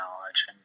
knowledge